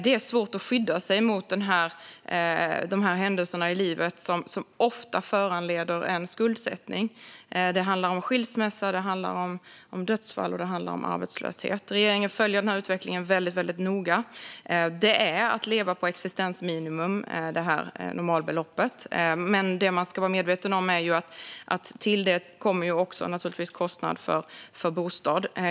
Det är svårt att skydda sig mot de händelser i livet som ofta orsakar skuldsättning, exempelvis skilsmässa, dödsfall och arbetslöshet. Regeringen följer utvecklingen väldigt noga. Normalbeloppet ska täcka kostnaderna för att leva på existensminimum, men man ska vara medveten om att kostnaden för bostad tillkommer.